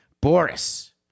Boris